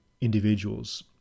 individuals